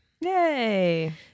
Yay